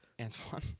Antoine